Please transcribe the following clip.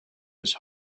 his